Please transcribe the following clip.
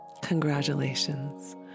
Congratulations